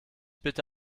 bitte